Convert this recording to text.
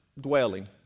dwelling